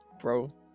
bro